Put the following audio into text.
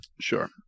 Sure